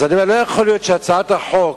אז גם לא יכול להיות שהצעת החוק